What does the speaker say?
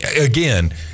again